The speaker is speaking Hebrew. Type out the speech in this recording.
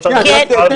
עשתה?